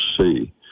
see